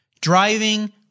driving